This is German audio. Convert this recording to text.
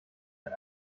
ein